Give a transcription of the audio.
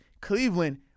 Cleveland